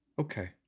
Okay